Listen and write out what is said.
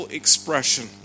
expression